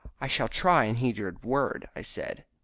i shall try and heed your word, i said.